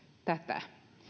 tätä